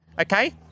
Okay